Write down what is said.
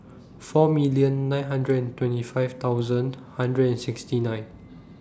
four million nine hundred and twenty five thousand one hundred and sixty nine